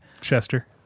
Chester